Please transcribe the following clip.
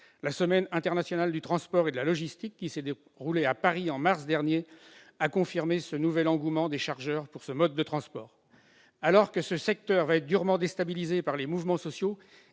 La Semaine internationale du transport et de la logistique, qui s'est déroulée à Paris en mars dernier, a confirmé ce nouvel engouement des chargeurs pour ce mode de transport. Alors que ce secteur va être durement déstabilisé par les mouvements sociaux,